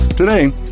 Today